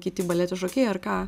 kiti baleto šokėjai ar ką